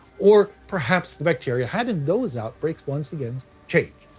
or perhaps the bacteria had in those outbreaks once again changed.